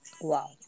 Wow